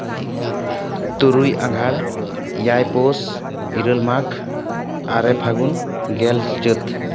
ᱛᱩᱨᱩᱭ ᱟᱸᱜᱷᱟᱲ ᱮᱭᱟᱭ ᱯᱳᱥ ᱤᱨᱟᱹᱞ ᱢᱟᱜᱽ ᱟᱨᱮ ᱯᱷᱟᱹᱜᱩᱱ ᱜᱮᱞ ᱪᱟᱹᱛ